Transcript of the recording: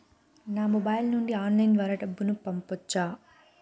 నా మొబైల్ నుండి ఆన్లైన్ ద్వారా డబ్బును పంపొచ్చా